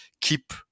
keep